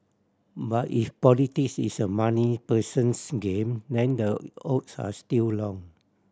but if politics is a money person's game then the odds are still long